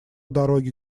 дороге